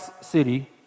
city